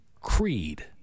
creed